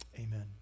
Amen